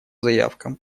заявкам